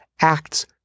acts